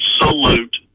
absolute